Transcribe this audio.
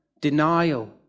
denial